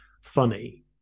funny